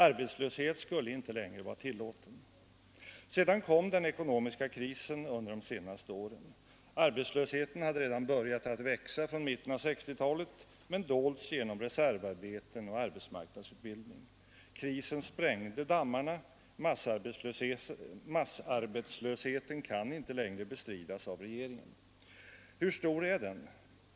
Arbetslöshet skulle inte längre vara tillåten. Sedan kom den ekonomiska krisen under de senaste åren. Arbetslösheten hade redan börjat att växa från mitten av 1960-talet men dolts genom reservarbeten och arbetsmarknadsutbildning. Krisen sprängde dammarna. Massarbetslösheten kan inte längre bestridas av regeringen. Hur stor är den?